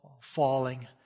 falling